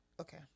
okay